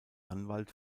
anwalt